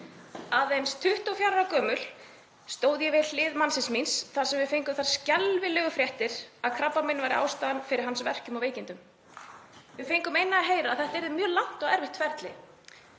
Aðeins 24 ára gömul stóð ég við hlið mannsins míns þar sem við fengum þær skelfilegu fréttir að krabbamein væri ástæðan fyrir verkjum hans og veikindum. Við fengum einnig að heyra að þetta yrði mjög langt og erfitt ferli.